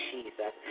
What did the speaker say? Jesus